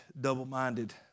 double-minded